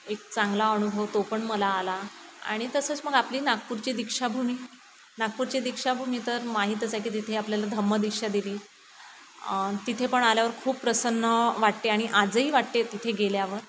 एक चांगला अनुभव तो पण मला आला आणि तसंच मग आपली नागपूरची दीक्षाभूमी नागपूरची दीक्षाभूमी तर माहीतच आहे की तिथे आपल्याला धम्मदीक्षा दिली तिथे पण आल्यावर खूप प्रसन्न वाटते आणि आजही वाटते तिथे गेल्यावर